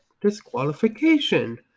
disqualification